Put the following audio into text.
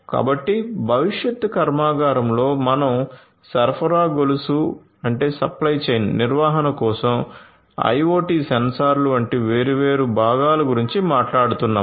కాబట్టి భవిష్యత్ కర్మాగారంలో మనం సరఫరా గొలుసు నిర్వహణ కోసం IoT సెన్సార్లు వంటి వేర్వేరు భాగాల గురించి మాట్లాడుతున్నాము